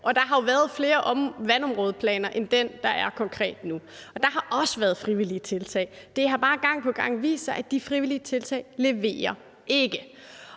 år. Der har jo været flere vandområdeplaner end den plan, der konkret er nu, og der har også været frivillige tiltag. Det har bare gang på gang vist sig, at de frivillige tiltag ikke